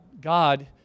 God